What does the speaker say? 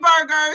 burgers